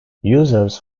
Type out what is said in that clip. users